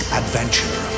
adventure